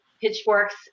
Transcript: pitchforks